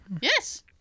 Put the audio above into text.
Yes